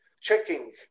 checking